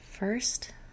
First